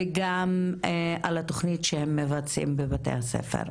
וגם על התוכנית שהם מבצעים בבתי הספר.